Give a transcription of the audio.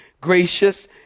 gracious